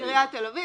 עיריית תל אביב.